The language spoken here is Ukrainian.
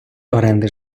оренди